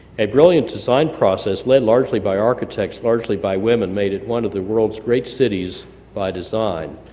a brilliant design process led largely by architects, largely by women, made it one of the world's great cities by design.